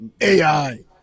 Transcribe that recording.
AI